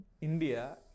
India